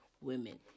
Women